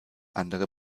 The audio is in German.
andere